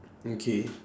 okay